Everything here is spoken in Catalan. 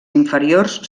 inferiors